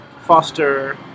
foster